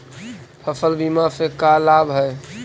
फसल बीमा से का लाभ है?